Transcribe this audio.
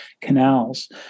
Canals